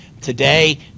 today